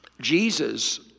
Jesus